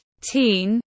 teen